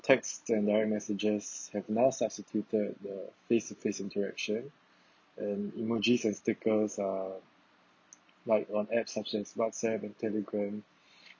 text and direct messages have more substituted the face to face interaction and emojis and stickers are like on apps such as WhatsApp and Telegram